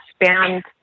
expand